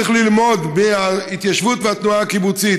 צריך ללמוד מההתיישבות ומהתנועה הקיבוצית,